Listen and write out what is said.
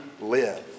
live